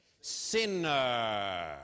Sinner